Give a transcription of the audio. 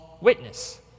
witness